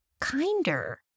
kinder